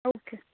okay